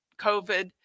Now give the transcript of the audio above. COVID